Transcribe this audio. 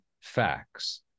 facts